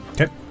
Okay